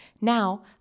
Now